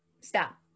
Stop